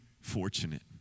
fortunate